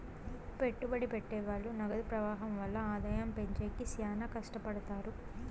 పెట్టుబడి పెట్టె వాళ్ళు నగదు ప్రవాహం వల్ల ఆదాయం పెంచేకి శ్యానా కట్టపడుతారు